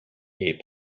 est